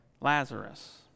Lazarus